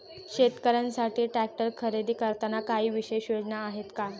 शेतकऱ्यांसाठी ट्रॅक्टर खरेदी करताना काही विशेष योजना आहेत का?